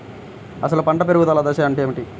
అసలు పంట పెరుగుదల దశ అంటే ఏమిటి?